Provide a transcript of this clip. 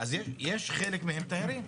אז יש חלק מהם תיירים.